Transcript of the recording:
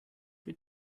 für